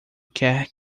quer